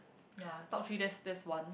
ya top three that's that's one